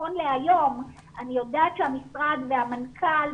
נכון להיום אני יודעת שהמשרד והמנכ"ל,